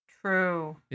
True